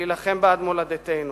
להילחם בעד מולדתנו.